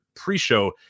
pre-show